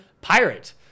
Pirate